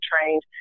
trained